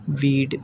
വീട്